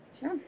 Sure